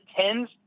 Tens